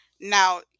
Now